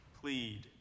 Plead